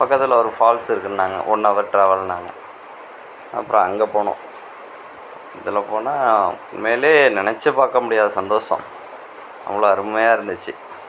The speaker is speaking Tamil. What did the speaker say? பக்கத்தில் ஒரு ஃபால்ஸ் இருக்குன்னாங்க ஒன் ஹவர் ட்ராவல்ன்னாங்க அப்புறம் அங்கே போனோம் அதில் போனால் உண்மையிலேயே நினச்சி பார்க்க முடியாத சந்தோஷம் அவ்வளோ அருமையாக இருந்துச்சி